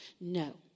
No